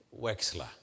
Wexler